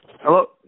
hello